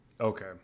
okay